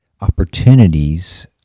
opportunities